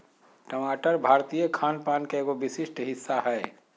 टमाटर भारतीय खान पान के एगो विशिष्ट हिस्सा हय